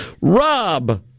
Rob